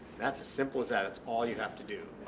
that's as simple as that it's all you have to do.